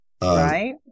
right